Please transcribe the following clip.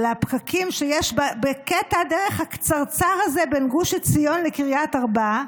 על הפקקים שיש בקטע הדרך הקצרצר הזה בין גוש עציון לקריית ארבע.